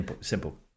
simple